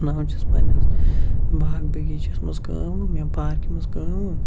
ناو چھَس پنٛنِس باغ بغیٖچَس منٛز کٲم وٕ مےٚ پارکہِ منٛز کٲم